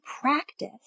practice